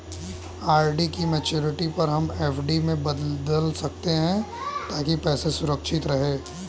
RD की maturity पर हम एफ.डी में बदल सकते है ताकि पैसे सुरक्षित रहें